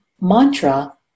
mantra